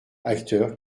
acteurs